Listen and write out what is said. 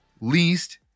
Least